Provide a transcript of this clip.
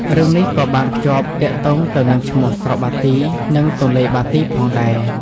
រឿងនេះក៏បានភ្ជាប់ទាក់ទងទៅនឹងឈ្មោះស្រុកបាទី និងទន្លេបាទីផងដែរ។